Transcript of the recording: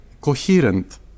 coherent